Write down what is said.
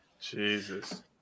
Jesus